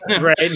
right